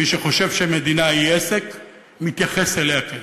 מי שחושב שמדינה היא עסק, מתייחס אליה כעסק.